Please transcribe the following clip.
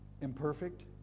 Imperfect